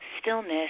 stillness